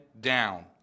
down